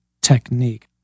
technique